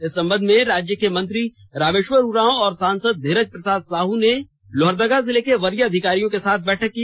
इस संबंध में राज्य के मंत्री रामेष्वर उरांव और सांसद धीरज प्रसाद साहू ने लोहरदगा जिले के वरीय अधिकारियों के साथ बैठक की